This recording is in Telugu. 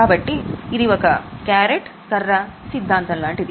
కాబట్టి ఇది ఒక క్యారెట్ కర్ర సిద్ధాంతం లాంటిది